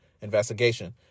investigation